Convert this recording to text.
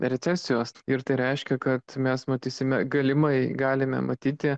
recesijos ir tai reiškia kad mes matysime galimai galime matyti